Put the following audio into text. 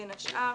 בין השאר,